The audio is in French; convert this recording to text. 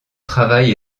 travail